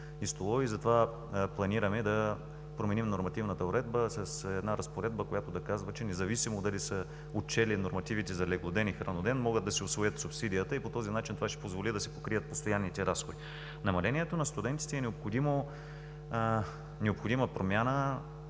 и столове и затова планираме да променим нормативната уредба с една разпоредба, която да казва, че независимо дали са отчели нормативите за леглоден и храноден, могат да си усвоят субсидията и по този начин това ще позволи да си покрият постоянните разходи. В намалението на студентите е необходима промяна.